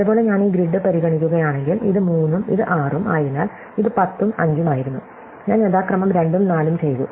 അതുപോലെ ഞാൻ ഈ ഗ്രിഡ് പരിഗണിക്കുകയാണെങ്കിൽ ഇത് 3 ഉം ഇത് 6 ഉം ആയതിനാൽ ഇത് 10 ഉം 5 ഉം ആയിരുന്നു ഞാൻ യഥാക്രമം 2 ഉം 4 ഉം ചെയ്തു